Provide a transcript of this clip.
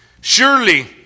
Surely